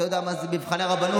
אתה יודע מה זה מבחני הרבנות?